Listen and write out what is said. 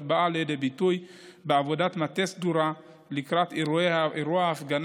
באה לידי ביטוי בעבודת מטה סדורה לקראת אירוע ההפגנה,